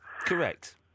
Correct